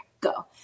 go